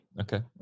Okay